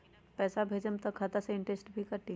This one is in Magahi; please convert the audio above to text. पैसा भेजम त हमर खाता से इनटेशट भी कटी?